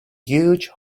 huge